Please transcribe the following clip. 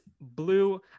blue